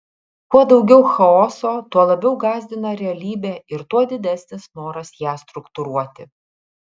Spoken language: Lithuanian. kuo daugiau chaoso tuo labiau gąsdina realybė ir tuo didesnis noras ją struktūruoti